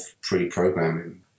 pre-programming